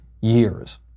years